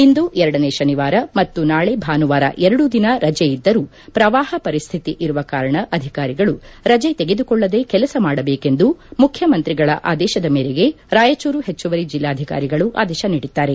ಇಂದು ಎರಡನೇ ಶನಿವಾರ ಮತ್ತು ನಾಳೆ ಭಾನುವಾರ ಎರಡೂ ದಿನ ರಜೆಯಿದ್ದರೂ ಪ್ರವಾಪ ಪರಿಶ್ಥಿತಿ ಇರುವ ಕಾರಣ ಅದಿಕಾರಿಗಳು ರಜೆ ತೆಗೆದುಕೊಳ್ಳದೇ ಕೆಲಸ ಮಾಡಬೇಕೆಂದು ಮುಖ್ಯಮಂತ್ರಿಗಳ ಆದೇಶದ ಮೇರೆಗೆ ರಾಯಚೂರು ಹೆಚ್ಚುವರಿ ಜಿಲ್ಲಾಧಿಕಾರಿಗಳು ಅದೇಶ ನೀಡಿದ್ದಾರೆ